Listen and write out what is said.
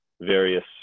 various